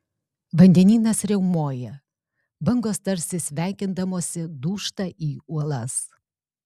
vandenynas riaumoja bangos tarsi sveikindamosi dūžta į uolas